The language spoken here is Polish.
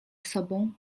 sobą